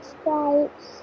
stripes